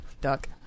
duck